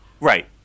Right